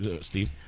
Steve